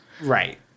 Right